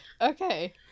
okay